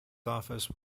office